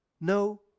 No